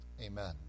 amen